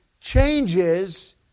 changes